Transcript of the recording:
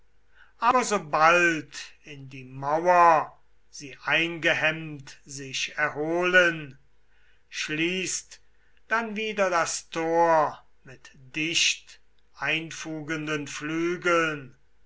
aber sobald in die mauer sie eingehemmt sich erholen schließt dann wieder das tor mit dicht einfugenden flügeln